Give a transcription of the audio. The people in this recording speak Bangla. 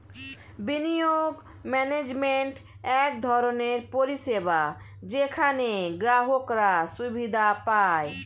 বিনিয়োগ ম্যানেজমেন্ট এক ধরনের পরিষেবা যেখানে গ্রাহকরা সুবিধা পায়